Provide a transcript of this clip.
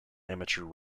amateur